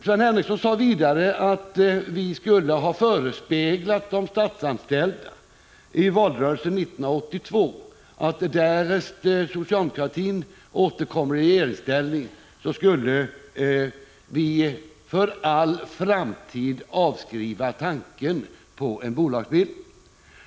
Sven Henricsson sade vidare att vi i valrörelsen 1982 skulle ha förespeglat de statsanställda att vi, därest socialdemokratin återkom i regeringsställning, för all framtid skulle avskriva tanken på bolagsbildning.